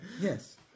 Yes